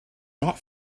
not